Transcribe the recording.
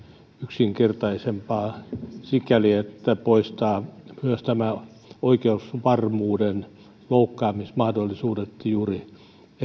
yksinkertaisempaa sikäli että se poistaa myös oikeusvarmuuden loukkaamismahdollisuudet juuri